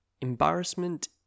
Embarrassment